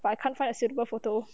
but I can't find a suitable photo